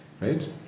right